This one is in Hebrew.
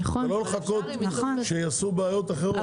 ולא לחכות שיעשו בעיות אחרות.